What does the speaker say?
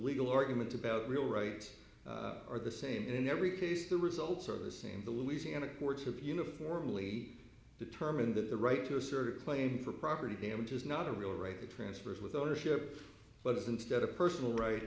legal argument about real rights are the same in every case the results are the same the louisiana courts have uniformly determined that the right to assert claim for property damage is not a real right to transfer it with ownership but is instead a personal right